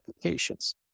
applications